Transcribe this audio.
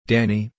Danny